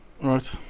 right